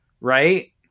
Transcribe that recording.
right